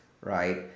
right